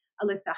Alyssa